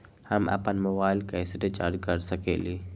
हम अपन मोबाइल कैसे रिचार्ज कर सकेली?